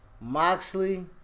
Moxley